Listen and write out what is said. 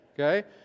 okay